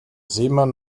seemann